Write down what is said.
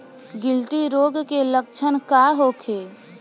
गिल्टी रोग के लक्षण का होखे?